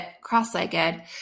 cross-legged